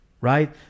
right